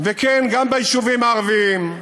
וכן, גם ביישובים הערביים,